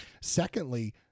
Secondly